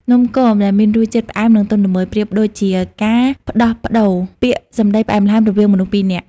នំគម ដែលមានរសជាតិផ្អែម និងទន់ល្មើយ ប្រៀបដូចជាការផ្ដោះប្ដូរពាក្យសម្ដីផ្អែមល្ហែមរវាងមនុស្សពីរនាក់។